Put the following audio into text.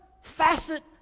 facet